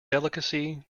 delicacy